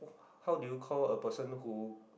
how do you called a person who